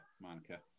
Monica